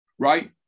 Right